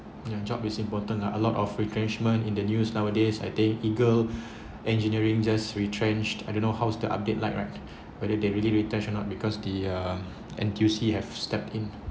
your job is important lah a lot of retrenchment in the news nowadays a day eagle engineering just retrenched I don't know how's the update like right but if they really retention or not because the uh N_T_U_C have stepped in